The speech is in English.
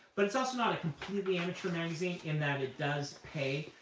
but it's also not a completely amateur magazine, in that it does pay